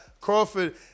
Crawford